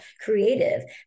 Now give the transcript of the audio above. creative